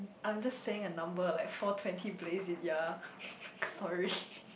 I am just saying a number and like four twenty please in ya sorry